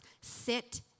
sit